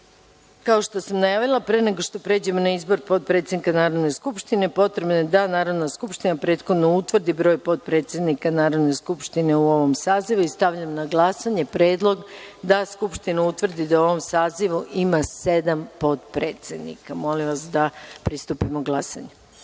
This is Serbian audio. što sam najavila, pre nego što pređemo na izbor potpredsednika Narodne skupštine potrebno je da Narodna skupština prethodno utvrdi broj potpredsednika Narodne skupštine u ovom sazivu. Stavljam na glasanje predlog da Skupština utvrdi da u ovom sazivu ima sedam potpredsednika. Molim vas, da pristupimo glasanju. Da